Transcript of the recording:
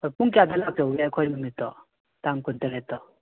ꯑꯥ ꯄꯨꯡ ꯀꯌꯥ ꯑꯗꯨꯋꯥꯏꯗ ꯂꯥꯛꯆꯧꯒꯦ ꯑꯩꯈꯣꯏ ꯅꯨꯃꯤꯠꯇꯣ ꯇꯥꯡ ꯀꯨꯟ ꯇꯔꯦꯠꯇꯣ